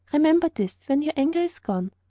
remember this when your anger is gone.